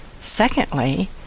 Secondly